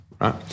right